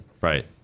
right